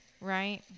Right